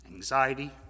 Anxiety